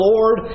Lord